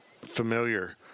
familiar